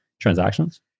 transactions